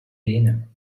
dinner